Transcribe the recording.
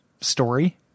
story